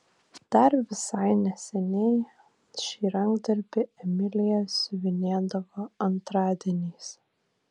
dar visai neseniai šį rankdarbį emilija siuvinėdavo antradieniais